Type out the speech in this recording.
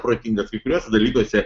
protingas kai kuriuose dalykuose